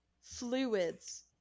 fluids